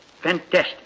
Fantastic